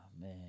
man